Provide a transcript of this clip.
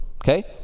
okay